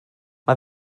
mae